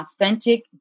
authentic